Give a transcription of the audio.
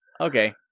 okay